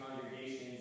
congregations